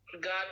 God